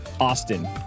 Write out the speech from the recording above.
austin